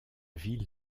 ville